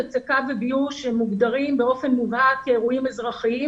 הצקה וביוש מוגדרים באופן מובהק כאירועים אזרחיים